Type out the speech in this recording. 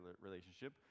relationship